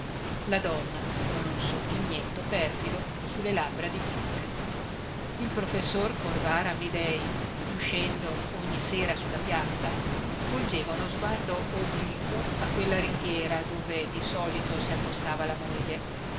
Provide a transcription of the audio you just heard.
la donna con un sogghignetto perfido su le labbra dipinte il professor corvara amidei uscendo ogni sera su la piazza volgeva uno sguardo obliquo a quella ringhiera dove di solito si appostava la moglie